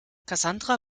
cassandra